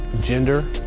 gender